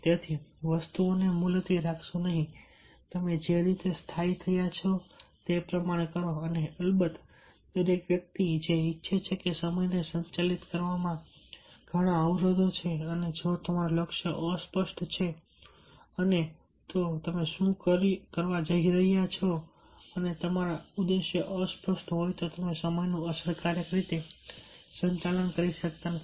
તેથી વસ્તુઓને મુલતવી રાખશો નહીં તમે જે રીતે સ્થાયી થયા છો તે પ્રમાણે કરો અને અલબત્ત દરેક વ્યક્તિ જે ઇચ્છે છે કે સમયને સંચાલિત કરવામાં ઘણા અવરોધો છે અને જો તમારું લક્ષ્ય અસ્પષ્ટ છેઅને તો તમે શું કરવા જઈ રહ્યા છો અને તમારા ઉદ્દેશ્યો અસ્પષ્ટ હોય તો તમે સમયનું અસરકારક રીતે સંચાલન કરી શકતા નથી